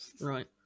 Right